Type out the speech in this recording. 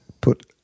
put